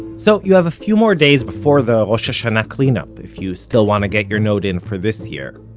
so, you have a few more days before the rosh hashanah cleanup if you still want to get your note in for this year,